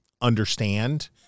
understand